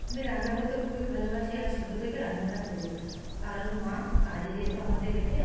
আমি রান্না করতে খুবই ভালোবাসি আর ছোটো থেকে রান্নাটা করি কারণ মা কাজে যেত আমাদের রেখে